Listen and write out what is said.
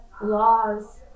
laws